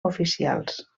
oficials